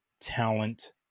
talent